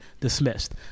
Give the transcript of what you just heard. dismissed